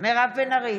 מירב בן ארי,